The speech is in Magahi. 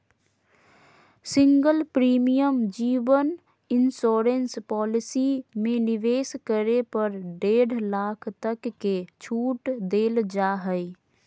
सिंगल प्रीमियम जीवन इंश्योरेंस पॉलिसी में निवेश करे पर डेढ़ लाख तक के छूट देल जा हइ